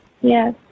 Yes